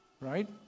right